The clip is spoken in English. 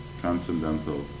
transcendental